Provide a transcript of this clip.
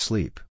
Sleep